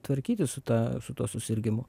tvarkytis su ta su tuo susirgimu